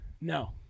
No